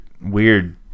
weird